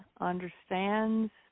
understands